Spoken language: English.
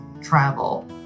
travel